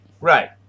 Right